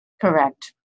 Correct